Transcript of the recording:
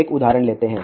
एक उदाहरण लेते हैं